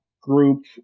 group